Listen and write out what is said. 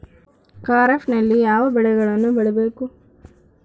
ಖಾರೇಫ್ ನಲ್ಲಿ ಯಾವ ಬೆಳೆಗಳನ್ನು ಬೆಳಿಬೇಕು?